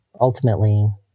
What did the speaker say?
ultimately